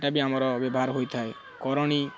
ଏବେ ଆମର ବ୍ୟବହାର ହୋଇଥାଏ କରଣୀ